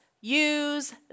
use